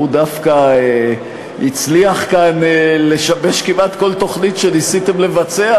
הוא דווקא הצליח כאן לשבש כמעט כל תוכנית שניסיתם לבצע,